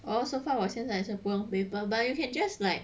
oh so far 我现在先也不用 paper but you can just like